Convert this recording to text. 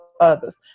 others